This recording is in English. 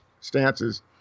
stances